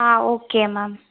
ah okay ma'am